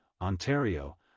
Ontario